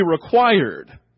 required